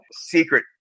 secret